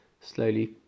slowly